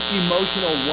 emotional